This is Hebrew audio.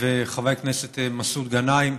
וחבר הכנסת מסעוד גנאים.